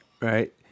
Right